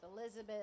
Elizabeth